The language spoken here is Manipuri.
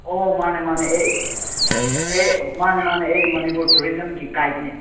ꯑꯣ ꯃꯥꯟꯅꯦ ꯃꯥꯟꯅꯦ ꯑꯩ ꯑꯩ ꯃꯥꯟꯅꯦ ꯃꯥꯟꯅꯦ ꯑꯩ ꯃꯅꯤꯄꯨꯔ ꯇꯨꯔꯤꯖꯝꯒꯤ ꯒꯥꯏꯗꯅꯦ